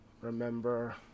remember